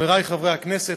חברי חברי הכנסת,